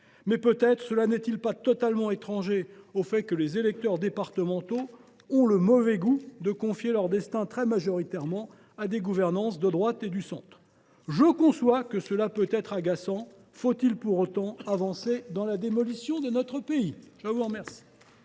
Mais peut être cela n’est il pas totalement étranger au fait que les électeurs départementaux ont le mauvais goût de confier leur destin très majoritairement à des gouvernances de droite et du centre… Monsieur le ministre, je conçois que cela puisse être agaçant ; faut il pour autant avancer dans la voie de la démolition de notre pays ?